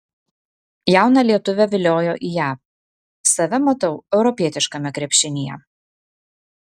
jauną lietuvę viliojo į jav save matau europietiškame krepšinyje